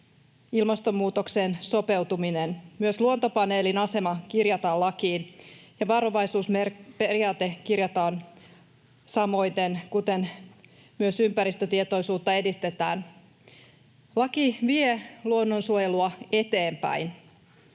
ilmastonmuutokseen sopeutuminen. Myös Luontopaneelin asema kirjataan lakiin, ja varovaisuusperiaate kirjataan, samoiten kuten myös ympäristötietoisuutta edistetään. Laki vie luonnonsuojelua eteenpäin.